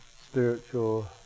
spiritual